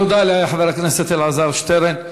תודה לחבר הכנסת אלעזר שטרן.